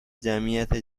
جمعیت